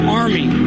army